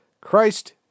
Christ